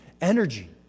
energy